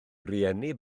rieni